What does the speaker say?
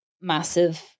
massive